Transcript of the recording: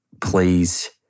please